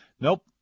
Nope